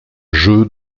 jeu